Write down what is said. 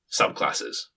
subclasses